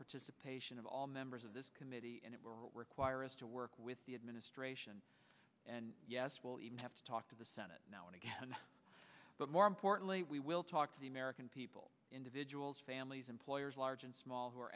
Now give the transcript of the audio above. participation of all members of this committee and it will require us to work with the administration yes we'll even have to talk to the senate now and again but more importantly we will talk to the american people individuals families employers large and small who are